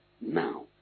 now